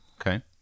Okay